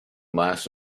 mouth